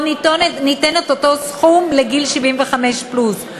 או שניתן את אותו סכום לגיל 75 פלוס?